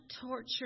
torture